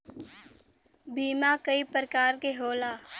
बीमा कई परकार के होला